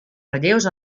relleus